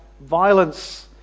violence